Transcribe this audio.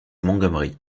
montgomery